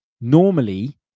normally